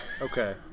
okay